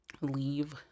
leave